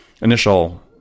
initial